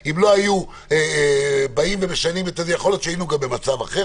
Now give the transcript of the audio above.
אם לא היו באים ומשנים יכול להיות שהיינו היום במצב אחר,